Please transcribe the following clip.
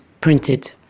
printed